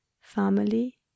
family